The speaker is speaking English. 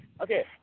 Okay